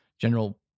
general